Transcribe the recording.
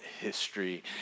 history